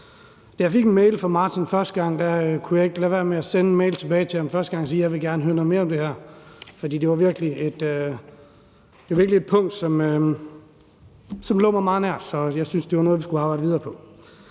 Da jeg fik en mail fra Martin første gang, kunne jeg ikke lade være med at sende en mail tilbage til ham for at sige, at jeg gerne ville høre noget mere om det her, for det var virkelig et punkt, som lå mig meget nært, så jeg syntes, det var noget, vi skulle arbejde videre på.